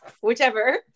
whichever